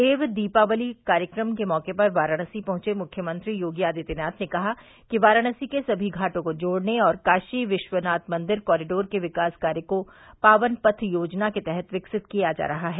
देव दीपावली कार्यक्रम के मैके पर वाराणसी पहुंचे मुख्यमंत्री योगी आदित्यनाथ ने कहा कि वाराणसी के सभी घाटों को जोड़ने और काशी विश्वनाथ मंदिर कॉरिडोर के विकास कार्य को पावन पथ योजना के तहत विकसित किया जा रहा है